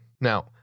Now